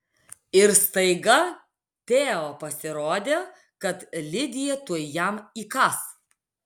ir staiga teo pasirodė kad lidija tuoj jam įkąs